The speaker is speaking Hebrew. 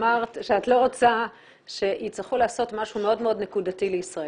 אמרת שאת לא רוצה שיצטרכו לעשות משהו מאוד נקודתי לישראל.